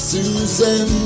Susan